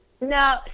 No